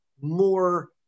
more